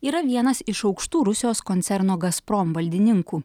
yra vienas iš aukštų rusijos koncerno gazprom valdininkų